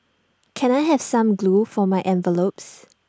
can I have some glue for my envelopes